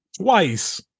twice